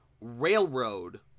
railroad